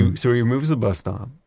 and so he removes the bus stop.